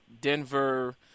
Denver